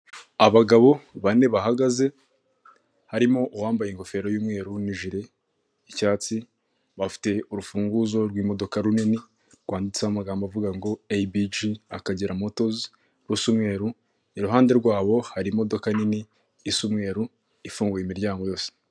Abagabo bane bahagaze harimo uwambaye ingofero y'umweru n'ijire icyatsi bafite urufunguzo rw'imodoka runini rwanditseho amagambo avuga ngo eyibiji akagera motozi rusa umweru, iruhande rwabo hari imodoka nini isa umweru ifunguye imiryango yose.